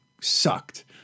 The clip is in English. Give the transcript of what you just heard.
sucked